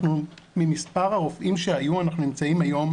ממספר הרופאים שהיו אנחנו נמצאים היום